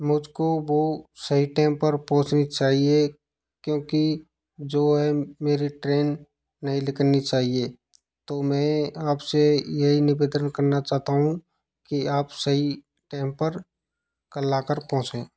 मुझको वो सही टैम पर पहुँचनी चाहिए क्योंकि जो है मेरी ट्रेन नहीं निकलनी चाहिए तो मैं आपसे यही निवेदन करना चाहता हूँ कि आप सही टैम पर कल आकर पहुंचें